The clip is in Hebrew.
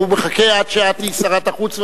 הוא מחכה עד שאת תהיי שרת החוץ,